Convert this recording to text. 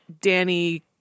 Danny